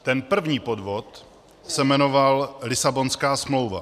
Ten první podvod se jmenoval Lisabonská smlouva.